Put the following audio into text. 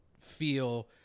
feel